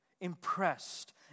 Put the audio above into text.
Impressed